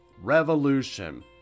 Revolution